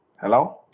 Hello